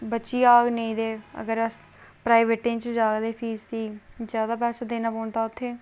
बची जाह्ग नेईं ते प्राईवेट अस्पताल उसी जादै पैसा देना पौंदा उत्थै